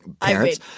parents